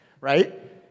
right